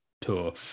tour